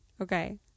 Okay